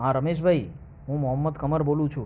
હા રમેશ ભાઈ હું મોહમ્મદ કમર બોલું છું